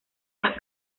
las